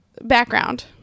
background